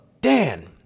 Dan